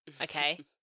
Okay